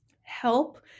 help